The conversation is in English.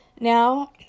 now